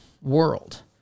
world